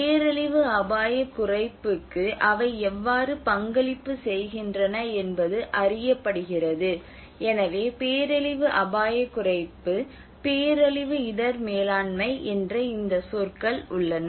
பேரழிவு அபாயக் குறைப்புக்கு அவை எவ்வாறு பங்களிப்பு செய்கின்றன என்பது அறியப்படுகிறது எனவே பேரழிவு அபாயக் குறைப்பு பேரழிவு இடர் மேலாண்மை என்ற இந்த சொற்கள் உள்ளன